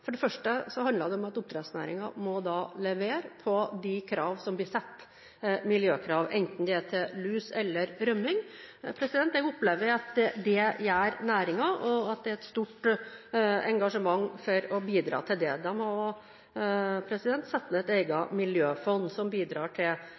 For det første handler det om at oppdrettsnæringen må levere etter de miljøkrav som blir satt, enten det gjelder lus eller rømming. Jeg opplever at det gjør næringen, og at det er et stort engasjement for å bidra til det. De har satt ned et eget